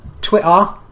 Twitter